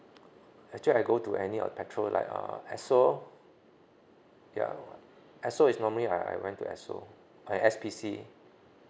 actually I go to any of petrol like err Esso ya esso is normally I I went to Esso and S_P_C